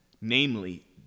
Namely